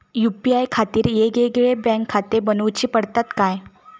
UPI खातीर येगयेगळे बँकखाते बनऊची पडतात काय?